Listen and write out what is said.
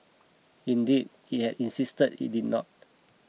indeed it had insisted it did not